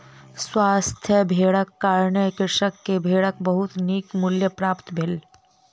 स्वस्थ भेड़क कारणें कृषक के भेड़क बहुत नीक मूल्य प्राप्त भेलै